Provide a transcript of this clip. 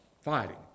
fighting